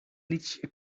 liedje